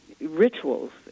rituals